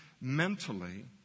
mentally